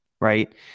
Right